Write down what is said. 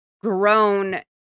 grown